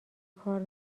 کار